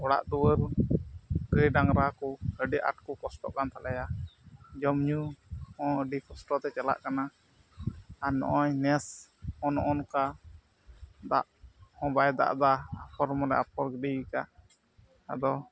ᱚᱲᱟᱜᱼᱫᱩᱣᱟᱹᱨ ᱜᱟᱹᱭᱼᱰᱟᱝᱨᱟ ᱠᱚ ᱟᱹᱰᱤ ᱟᱴᱠᱚ ᱠᱚᱥᱴᱚ ᱠᱟᱱ ᱛᱟᱞᱮᱭᱟ ᱡᱚᱢᱼᱧᱩ ᱦᱚᱸ ᱟᱹᱰᱤ ᱠᱚᱥᱴᱚ ᱛᱮ ᱪᱟᱞᱟᱜ ᱠᱟᱱᱟ ᱟᱨ ᱱᱚᱜᱼᱚᱭ ᱱᱮᱥ ᱦᱚᱸ ᱱᱚᱜᱼᱚ ᱱᱚᱝᱠᱟ ᱫᱟᱜ ᱦᱚᱸ ᱵᱟᱭ ᱫᱟᱜ ᱮᱫᱟ ᱟᱯᱷᱚᱨ ᱢᱟᱞᱮ ᱟᱯᱷᱚᱨ ᱜᱤᱰᱤᱭ ᱟᱠᱟᱜ ᱟᱫᱚ